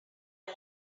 guy